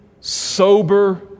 sober